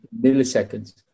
milliseconds